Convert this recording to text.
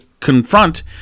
confront